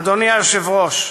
אדוני היושב-ראש,